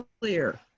clear